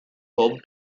home